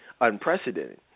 unprecedented